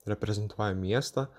reprezentuoja miestą